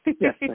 Yes